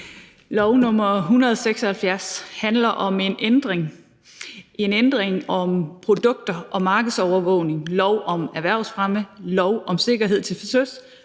om en ændring – en ændring af lov om produkter og markedsovervågning, lov om erhvervsfremme, lov om sikkerhed til søs,